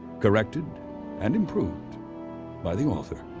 corrected and improved by the author.